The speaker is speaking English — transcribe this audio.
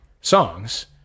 songs